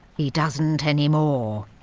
he doesn't anymore.